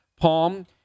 Palm